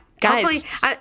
Guys